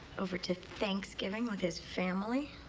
over to thanksgiving with his family.